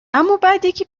امابعدیکی